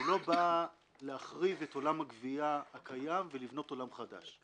הוא לא בא להחריג את עולם הגבייה הקיים ולבנות עולם חדש.